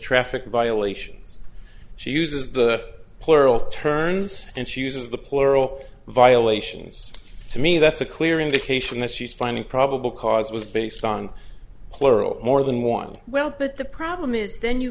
traffic violations she uses the plural turns and she uses the plural violations to me that's a clear indication that she's finding probable cause was based on plural more than one well but the problem is then you